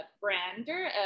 brander